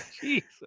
Jesus